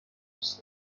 دوست